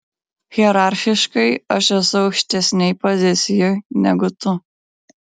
hierarchiškai aš esu aukštesnėj pozicijoj negu tu